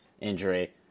injury